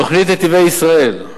תוכנית "נתיבי ישראל"